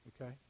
Okay